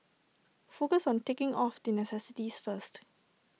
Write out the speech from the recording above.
focus on ticking off the necessities first